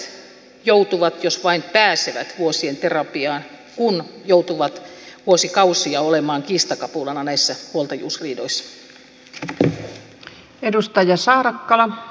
monet lapset joutuvat jos vain pääsevät vuosien terapiaan kun joutuvat vuosikausia olemaan kiistakapulana näissä huoltajuusriidoissa